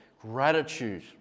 gratitude